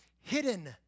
hidden